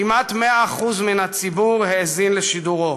כמעט 100% מן הציבור האזין לשידורו.